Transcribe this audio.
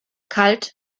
kalt